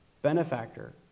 benefactor